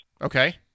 Okay